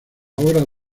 obras